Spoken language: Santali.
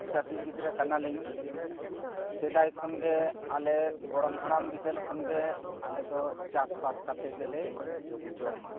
ᱪᱟᱹᱥᱤ ᱜᱤᱫᱽᱨᱟᱹ ᱠᱟᱱᱟᱞᱤᱧ ᱥᱮᱫᱟᱭ ᱠᱷᱚᱱ ᱜᱮ ᱟᱞᱮ ᱜᱚᱲᱚᱢ ᱦᱟᱲᱟᱢ ᱵᱤᱫᱟᱹᱞ ᱠᱷᱚᱱ ᱜᱮ ᱟᱞᱮ ᱫᱚ ᱪᱟᱥ ᱵᱟᱥ ᱠᱟᱛᱮᱫ ᱜᱮᱞᱮ ᱡᱚᱢᱟ